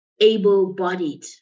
able-bodied